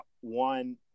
one